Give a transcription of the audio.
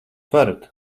varat